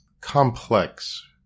complex